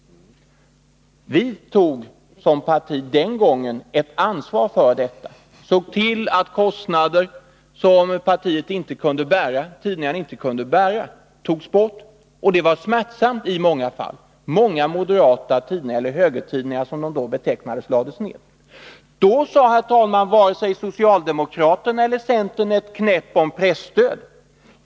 Vi tog den gången som parti ett ansvar för detta och det var smärtsamt i många fall. Många moderattidningar — eller högertidningar, som de då betecknades — lades ned. Då sade varken socialdemokraterna eller centern något om presstöd.